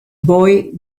boy